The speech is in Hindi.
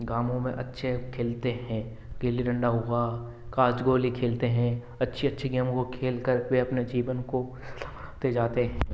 ग्रामों में अच्छे खेलते हैं गिल्ली डंडा हुआ काँच गोली खेलते हैँ अच्छी अच्छी गेमों को खेलकर वह अपने जीवन को जाते हैं